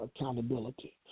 accountability